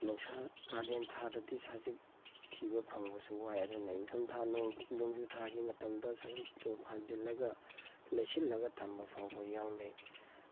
ꯅꯨꯡꯁꯥ ꯀꯥꯂꯦꯟ ꯊꯥꯗꯗꯤ ꯁꯖꯤꯛ ꯊꯤꯕ ꯐꯪꯕꯁꯨ ꯋꯥꯏ ꯑꯗꯨꯅ ꯏꯪꯊꯝꯊꯥ ꯅꯣꯡ ꯅꯣꯡꯖꯨ ꯊꯥꯒꯤ ꯃꯇꯝꯗ ꯁꯖꯤꯛꯇꯣ ꯐꯥꯟꯖꯤꯟꯂꯒ ꯂꯩꯁꯤꯟꯂꯒ ꯊꯝꯕ ꯐꯥꯎꯕ ꯌꯥꯎꯅꯩ